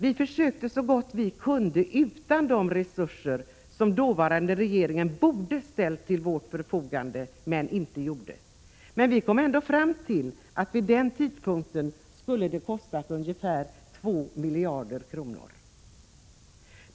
Vi försökte så gott vi kunde utan de resurser som den dåvarande regeringen borde ha ställt till vårt förfogande men inte gjorde, men vi kom ändå fram till att det vid den tidpunkten skulle ha kostat ungefär 2 miljarder kronor.